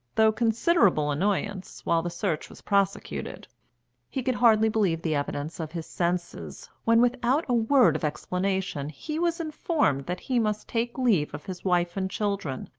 though considerable annoyance, while the search was prosecuted he could hardly believe the evidence of his senses when, without a word of explanation, he was informed that he must take leave of his wife and children,